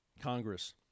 Congress